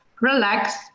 relax